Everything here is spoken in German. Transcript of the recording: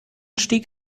stieg